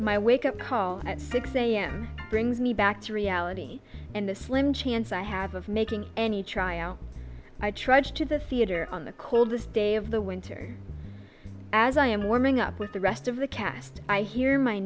my wake up call at six a m brings me back to reality and the slim chance i have of making any trial i trudged to the theater on the coldest day of the winter as i am warming up with the rest of the cast i hear my